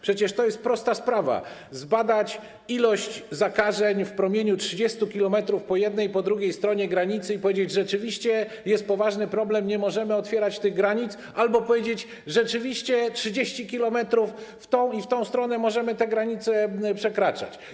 Przecież to jest prosta sprawa - zbadać ilość zakażeń w promieniu 30 km po jednej i po drugiej stronie granicy i powiedzieć: rzeczywiście jest poważny problem, nie możemy otwierać tych granic, albo powiedzieć: rzeczywiście 30 km w tę i w tę stronę możemy granicę przekraczać.